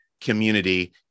community